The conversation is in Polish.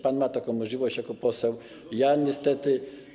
Pan ma taką możliwość jako poseł, ja niestety nie.